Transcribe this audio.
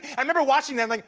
i remember watching them, like